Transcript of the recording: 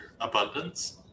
Abundance